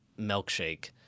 milkshake